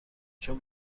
چون